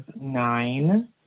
nine